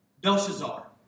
Belshazzar